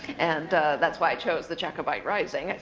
and that's why i chose the jacobite rising,